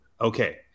Okay